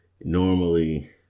normally